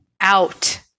out